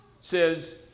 says